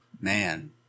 man